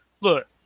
Look